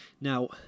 Now